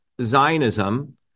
Zionism